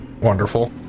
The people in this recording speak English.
Wonderful